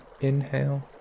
inhale